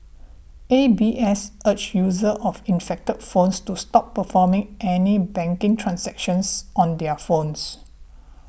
A B S urged users of infected phones to stop performing any banking transactions on their phones